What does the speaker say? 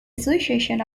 association